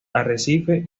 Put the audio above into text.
arrecife